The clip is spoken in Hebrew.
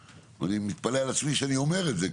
אני מתפלא על עצמי שאני אומר את זה,